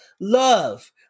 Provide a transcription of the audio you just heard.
love